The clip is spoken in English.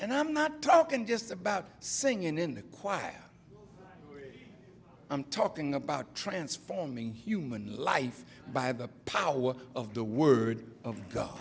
and i'm not talking just about singing in the choir i'm talking about transforming human life by the power of the word of god